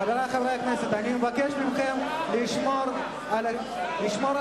חברי חברי הכנסת, אני מבקש מכם לשמור על השקט.